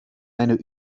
eine